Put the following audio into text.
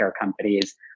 companies